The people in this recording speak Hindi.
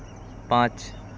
पाँच